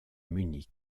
munich